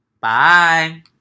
Bye